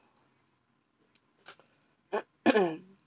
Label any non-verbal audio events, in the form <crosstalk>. <noise>